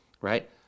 right